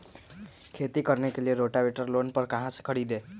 खेती करने के लिए रोटावेटर लोन पर कहाँ से खरीदे?